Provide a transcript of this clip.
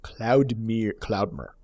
Cloudmere